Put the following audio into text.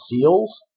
seals